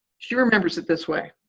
she remembers it this way.